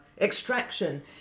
extraction